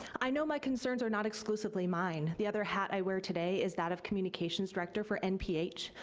i know my concerns are not exclusively mine. the other hat i wear today is that of communications director for nph,